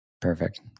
Perfect